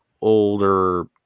older